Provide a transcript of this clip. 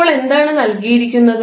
ഇപ്പോൾ എന്താണ് നൽകിയിരിക്കുന്നത്